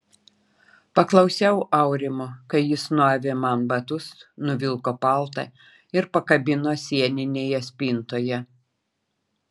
paklausiau aurimo kai jis nuavė man batus nuvilko paltą ir pakabino sieninėje spintoje